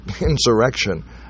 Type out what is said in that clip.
insurrection